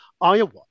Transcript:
Iowa